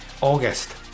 August